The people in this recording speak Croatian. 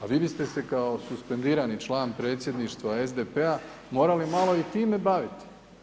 A vi biste se kao suspendirani član predsjedništva SDP-a morali malo i time baviti.